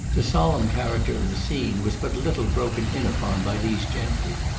the solemn character of the scene was but little broken in upon by these gentry.